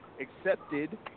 accepted